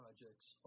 Projects